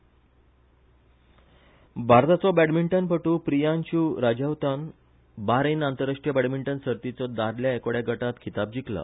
बॅडमिंटन भारताचो बॅडमिंटन पटू प्रियांशू राजावतान बारेन आंतरराष्ट्रीय बॅडमिंटन सर्तीचो दादल्या एकोडया गटात खिताब जिखला